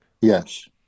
yes